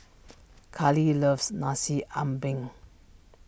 Karlee loves Nasi Ambeng